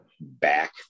back